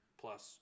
plus